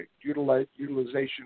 utilization